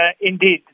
indeed